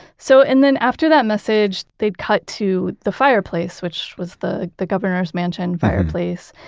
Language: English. so, and then after that message, they'd cut to the fireplace, which was the the governor's mansion fireplace.